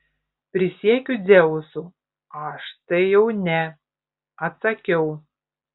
prisiekiu dzeusu aš tai jau ne atsakiau